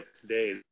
today